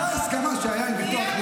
זו ההסכמה שהייתה עם הביטוח הלאומי.